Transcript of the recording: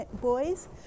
boys